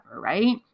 right